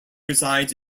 resides